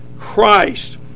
Christ